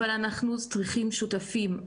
אבל אנחנו צריכים שותפים.